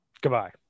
goodbye